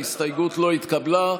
ההסתייגות לא התקבלה.